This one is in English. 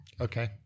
Okay